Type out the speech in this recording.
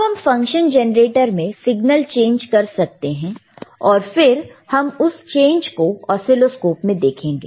अब हम function generator में सिग्नल चेंज कर सकते हैं और फिर हम उस चेंज को असीलोस्कोप में देखेंगे